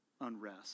unrest